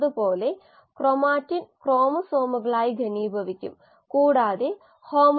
cellulose നമുക്ക് ചുറ്റുമുള്ള എല്ലാ വിറകിലും സെല്ലുലോസ് അതുപോലെ ലിഗ്നോ സെല്ലുലോസിക് വസ്തുക്കൾ അടങ്ങിയിരിക്കുന്നു